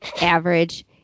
average